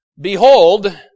Behold